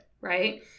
right